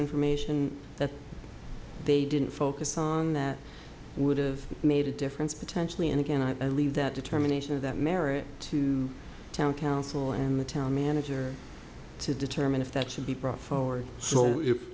information that they didn't focus on that would've made a difference potentially and again i believe that determination of that merit to town council and the town manager to determine if that should be